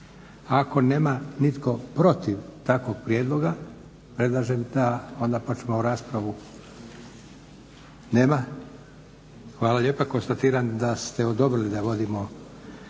Ako nema nitko protiv takvog prijedlog predlažem da onda počnemo raspravu? Nema. Hvala lijepa. Konstatiram da ste odobrili da vodimo